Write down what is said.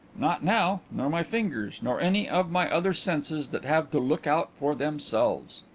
not now. nor my fingers. nor any of my other senses that have to look out for themselves.